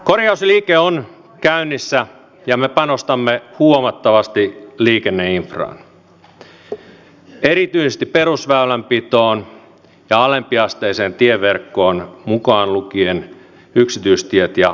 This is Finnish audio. korjausliike on käynnissä ja me panostamme huomattavasti liikenneinfraan erityisesti perusväylänpitoon ja alempiasteiseen tieverkkoon mukaan lukien yksityistiet ja metsätiet